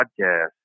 podcast